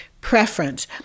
preference